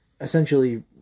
essentially